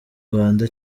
rwanda